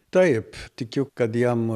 taip tikiu kad jam